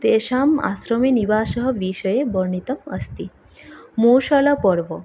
तेषाम् आश्रमे निवासः विषये वर्णितम् अस्ति मौसुलपर्व